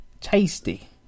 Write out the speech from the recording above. tasty